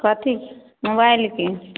कथी मोबाइलके